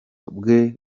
bwe